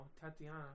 Tatiana